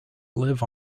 live